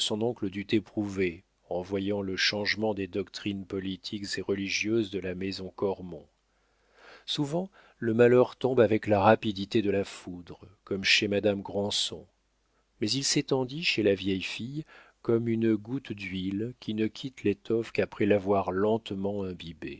dut éprouver en voyant le changement des doctrines politiques et religieuses de la maison cormon souvent le malheur tombe avec la rapidité de la foudre comme chez madame granson mais il s'étendit chez la vieille fille comme une goutte d'huile qui ne quitte l'étoffe qu'après l'avoir lentement imbibée